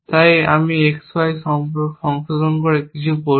তাই আমি X Y সংশোধন করে কিছু পড়ি